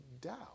doubt